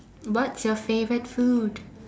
what's your favourite food